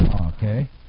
Okay